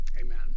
Amen